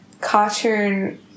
cartoon